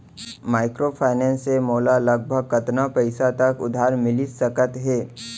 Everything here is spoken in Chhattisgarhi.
माइक्रोफाइनेंस से मोला लगभग कतना पइसा तक उधार मिलिस सकत हे?